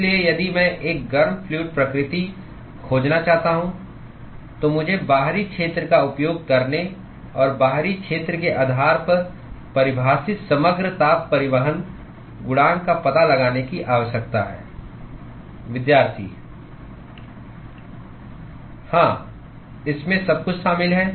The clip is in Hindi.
इसलिए यदि मैं एक गर्म फ्लूअड प्रकृति खोजना चाहता हूं तो मुझे बाहरी क्षेत्र का उपयोग करने और बाहरी क्षेत्र के आधार पर परिभाषित समग्र ताप परिवहन गुणांक का पता लगाने की आवश्यकता है हाँ इसमें सब कुछ शामिल है